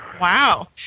Wow